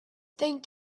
thank